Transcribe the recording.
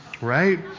Right